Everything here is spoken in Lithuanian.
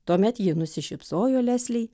tuomet ji nusišypsojo leslei